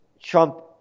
Trump